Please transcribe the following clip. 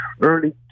early